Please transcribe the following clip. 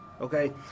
okay